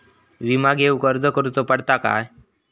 विमा घेउक अर्ज करुचो पडता काय?